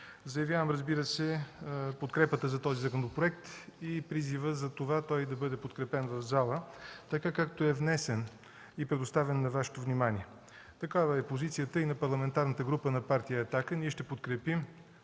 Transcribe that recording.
Заявявам, разбира се, подкрепата за този законопроект и призива той да бъде подкрепен в залата, както е внесен и предоставен на Вашето внимание. Такава е и позицията на Парламентарната група на Партия „Атака”. Ще подкрепим